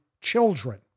children